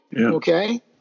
okay